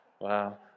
Wow